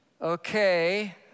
okay